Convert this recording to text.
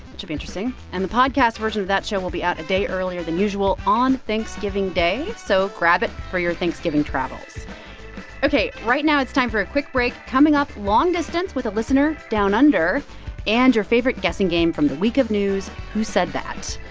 should be interesting. and the podcast version of that show will be out a day earlier than usual on thanksgiving day, so grab it for your thanksgiving travels ok, right now, it's time for a quick break. coming up long distance with a listener down under and your favorite guessing game from the week of news, who said that?